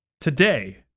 today